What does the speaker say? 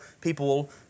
people